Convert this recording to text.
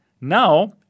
now